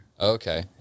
Okay